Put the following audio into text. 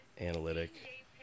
analytic